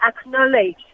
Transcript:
acknowledge